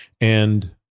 And-